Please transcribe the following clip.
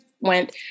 went